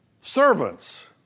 servants